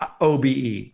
OBE